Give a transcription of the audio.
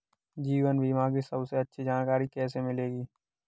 जीवन बीमा की सबसे अच्छी जानकारी कैसे मिलेगी?